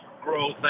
growth